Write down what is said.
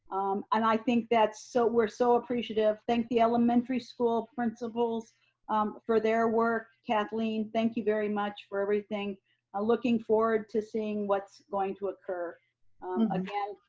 and i think that's so, we're so appreciative. thank the elementary school principals for their work, kathleen, thank you very much for everything i'm ah looking forward to seeing what's going to occur again,